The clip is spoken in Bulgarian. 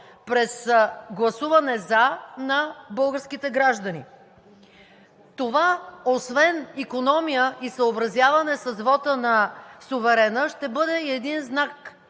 през гласуване „за“ на българските граждани. Това освен икономия и съобразяване с вота на суверена ще бъде и един знак